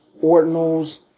Ordinal's